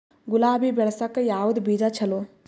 ಗುಲಾಬಿ ಬೆಳಸಕ್ಕ ಯಾವದ ಬೀಜಾ ಚಲೋ?